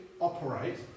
operate